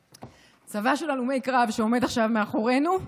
שעומד עכשיו מאחורינו.